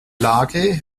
lage